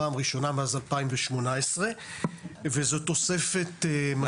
פעם ראשונה מאז 2018. זו תוספת משמעותית.